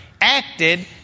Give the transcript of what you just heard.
acted